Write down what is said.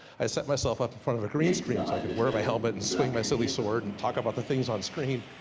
i set myself up in front of a green screen, so i can wear my helmet and swing my silly sword, and talk about the things on screen,